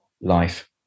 life